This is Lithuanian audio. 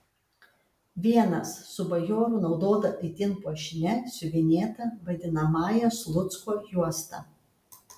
vienas su bajorų naudota itin puošnia siuvinėta vadinamąja slucko juosta